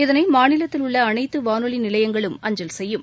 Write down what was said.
இதனை மாநிலத்தில் உள்ள அனைத்து வானொலி நிலையங்களும் அஞ்சல் செய்யும்